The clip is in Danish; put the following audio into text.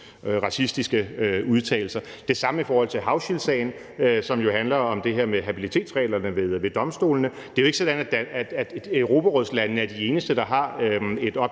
racistiske udtalelser. Det samme gør sig gældende i forhold til Hauschildtsagen, som jo handler om det her med habilitetsreglerne ved domstolene. Det er jo ikke sådan, at europarådslandene er de eneste, der har et